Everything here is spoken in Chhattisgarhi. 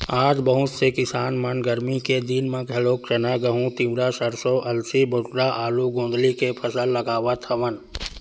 आज बहुत से किसान मन गरमी के दिन म घलोक चना, गहूँ, तिंवरा, सरसो, अलसी, बटुरा, आलू, गोंदली के फसल लगावत हवन